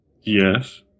Yes